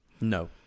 No